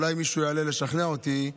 אולי מישהו יעלה לשכנע אותי,